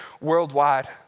worldwide